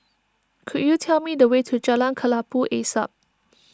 could you tell me the way to Jalan Kelabu Asap